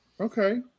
Okay